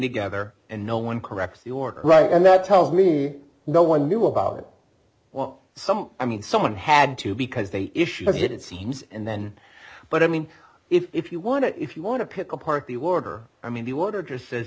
together and no one corrects the order right and that tells me no one knew about it well some i mean someone had to because they issued it it seems and then but i mean if you want to if you want to pick apart the order i mean the order just says